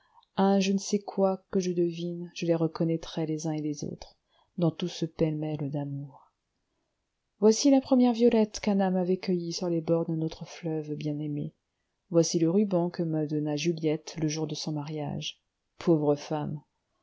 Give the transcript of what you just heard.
à un je ne sais quoi que je devine je les reconnaîtrais les uns et les autres dans tout ce pêle-mêle d'amours voici la première violette qu'anna m'avait cueillie sur les bords de notre fleuve bien-aimé voici le ruban que me donna juliette le jour de son mariage pauvre femme